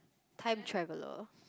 time traveler